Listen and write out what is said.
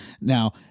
Now